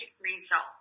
result